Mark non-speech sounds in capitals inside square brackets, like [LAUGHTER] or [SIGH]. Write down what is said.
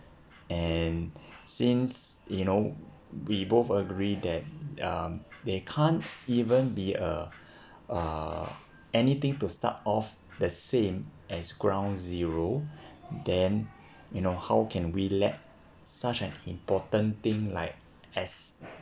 and since you know we both agree that um they can't even be a [BREATH] uh anything to start off the same as ground zero then you know how can we let such an important thing like as